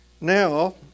Now